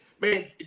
man